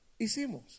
hicimos